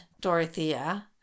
Dorothea